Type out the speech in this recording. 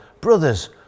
brothers